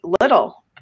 little